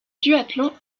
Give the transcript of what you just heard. duathlon